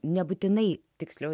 nebūtinai tiksliau